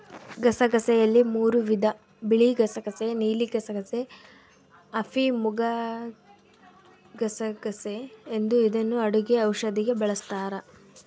ಗಸಗಸೆಯಲ್ಲಿ ಮೂರೂ ವಿಧ ಬಿಳಿಗಸಗಸೆ ನೀಲಿಗಸಗಸೆ, ಅಫಿಮುಗಸಗಸೆ ಎಂದು ಇದನ್ನು ಅಡುಗೆ ಔಷಧಿಗೆ ಬಳಸ್ತಾರ